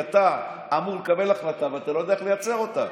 אתה אמור לקבל החלטה ואתה לא יודע איך לייצר אותה.